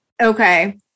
Okay